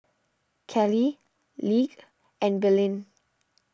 Cale Lige and Belen